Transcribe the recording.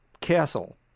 castle